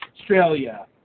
Australia